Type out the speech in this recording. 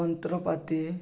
ଯନ୍ତ୍ରପାତି